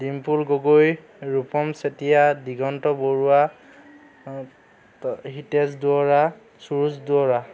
Dimpul Gogoi Rupam Chetia Diganta Baruah Hitesh Duwara Suruj Duwara